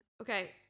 Okay